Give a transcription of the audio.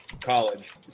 college